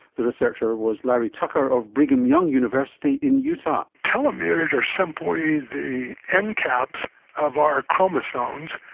the researcher was larry tucker of brigham young university in utah. telomeres are simply the end caps of our chromosomes,